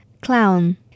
Clown